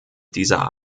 dieser